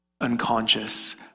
unconscious